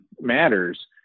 matters